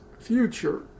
future